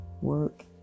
Work